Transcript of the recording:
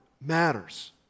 matters